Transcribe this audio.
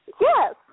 Yes